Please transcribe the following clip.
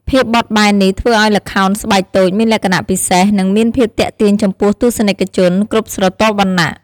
ភាពបត់បែននេះធ្វើឱ្យល្ខោនស្បែកតូចមានលក្ខណៈពិសេស និងមានភាពទាក់ទាញចំពោះទស្សនិកជនគ្រប់ស្រទាប់វណ្ណៈ។